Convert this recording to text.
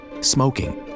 smoking